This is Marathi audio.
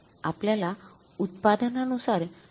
आपल्याला उत्पादनानुसार ही रूपे मोजावी लागतील